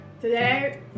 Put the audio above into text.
Today